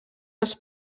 els